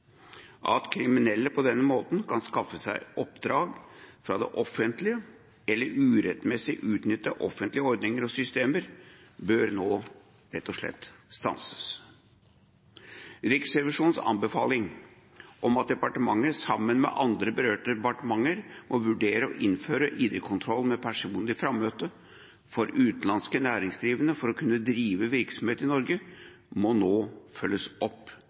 At kriminelle på denne måten kan skaffe seg oppdrag fra det offentlige eller urettmessig utnytte offentlige ordninger og systemer, bør nå rett og slett stanses. Riksrevisjonens anbefaling om at departementet sammen med andre berørte departementer må vurdere å innføre ID-kontroll ved personlig frammøte for utenlandske næringsdrivende for å kunne drive virksomhet i Norge, må nå følges opp,